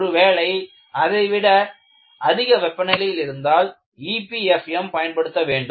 ஒருவேளை அதை விட அதிக வெப்பநிலையில் இருந்தால் EPFM பயன்படுத்த வேண்டும்